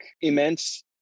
immense